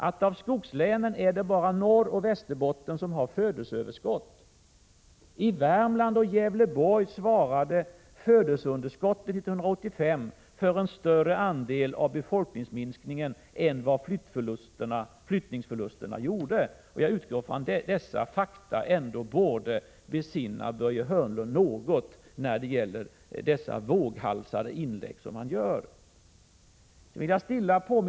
Av skogslänen är det bara Norroch Västerbotten som har födelseöverskott. I Värmland och Gävleborg svarade födelseunderskotten 1985 för en större andel av befolkningsminskningen än vad flyttningsförlusterna gjorde. Jag utgår ifrån att dessa fakta ändå borde få Börje Hörnlund att något besinna sig och sluta göra sådana våghalsiga inlägg som han gör.